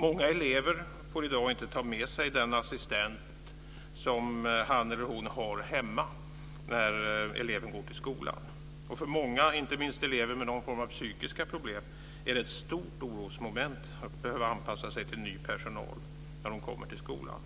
Många elever får i dag inte ta med sig den assistent som han eller hon har hemma när eleven går till skolan. För många, inte minst elever med någon form av psykiska problem, är det ett stort orosmoment att behöva anpassa sig till ny personal när de kommer till skolan.